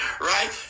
right